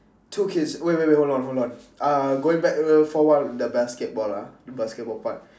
two kids wait wait hold on hold on uh going back for a while the basketball ah the basketball part